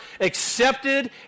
accepted